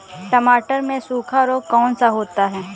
टमाटर में सूखा रोग कौन सा होता है?